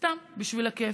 סתם בשביל הכיף.